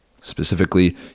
specifically